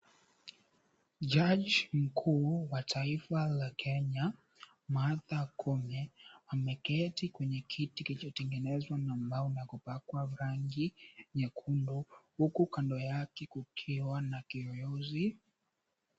Jaji mkuu wa taifa la Kenya, Martha Koome ameketi kwenye kiti kilichotengenezwa na mbao na kupakwa rangi nyekundu huku kando yake kukiwa na kiyoyozi.